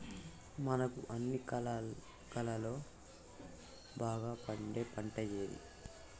మనకు అన్ని కాలాల్లో బాగా పండే పంట ఏది?